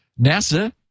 NASA